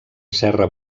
serra